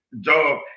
job